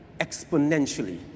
exponentially